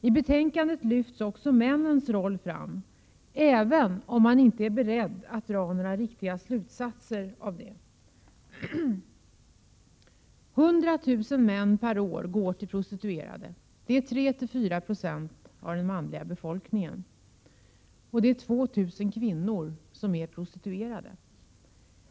I betänkandet lyfts också männens roll fram, även om man inte är beredd att dra några riktiga slutsatser av den. 100 000 män per år går till prostituerade. Det är 3-4 90 av den manliga befolkningen. 2 000 kvinnor är prostituerade.